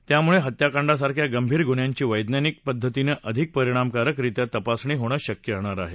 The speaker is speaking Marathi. यामुळे हत्याकांडासारख्या गंभीर गुन्ह्यांची वैज्ञानिक पद्धतीनं अधिक परिणामकारक रित्या तपासणी शक्य होणार आहे